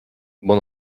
bon